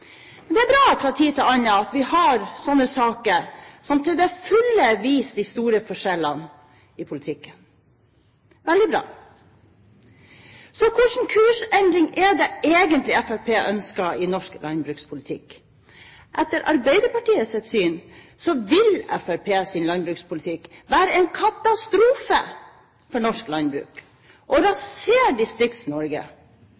Det er veldig bra at vi fra tid til annen har sånne saker som denne, som til fulle viser de store forskjellene i politikken. Så hvilken kursendring er det egentlig Fremskrittspartiet ønsker i norsk landbrukspolitikk? Etter Arbeiderpartiets syn vil Fremskrittspartiets landbrukspolitikk være en katastrofe for norsk landbruk og